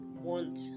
want